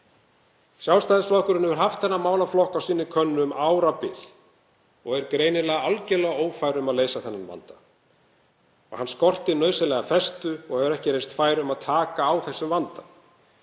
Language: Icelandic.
Sjálfstæðisflokkurinn hefur haft þennan málaflokk á sinni könnu um árabil og er greinilega algjörlega ófær um að leysa þennan vanda. Hann skortir nauðsynlega festu og hefur ekki reynst fær um að taka á þessum vanda.